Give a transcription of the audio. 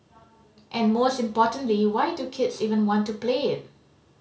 and most importantly why do kids even want to play it